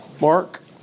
Mark